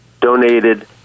donated